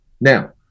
Now